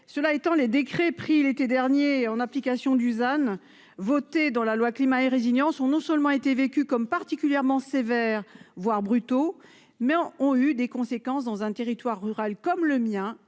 Cela étant, les décrets pris l'été dernier en application Dusan voté dans la loi climat et résilience ont non seulement été vécue comme particulièrement sévères voire brutaux mais ont eu des conséquences dans un territoire rural comme le mien,